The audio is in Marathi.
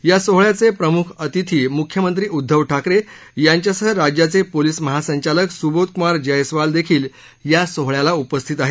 या सोहळ्याचे प्रमुख अतिथी मुख्यमंत्री उद्धव ठाकरे यांच्यासह राज्याचे पोलीसमहासंचालक सुबोधक्मार जयस्वालही या सोहळ्याला उपस्थित आहेत